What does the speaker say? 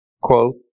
quote